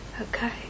Okay